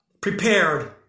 Prepared